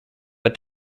but